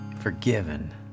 forgiven